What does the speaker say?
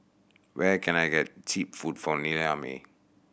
where can I get cheap food from Niamey